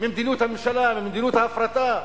ממדיניות הממשלה וממדיניות ההפרטה,